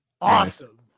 Awesome